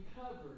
covered